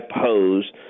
pose